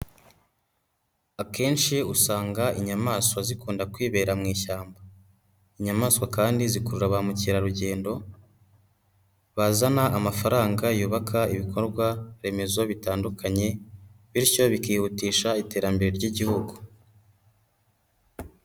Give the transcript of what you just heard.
Akenshi usanga inyamaswa zikunda kwibera mu ishyamba, inyamaswa kandi zikurura ba mukerarugendo, bazana amafaranga yubaka ibikorwa remezo bitandukanye, bityo bikihutisha iterambere ry'Igihugu.